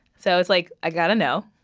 so it's, like, i got a no.